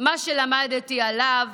מה שלמדתי עליו